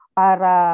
para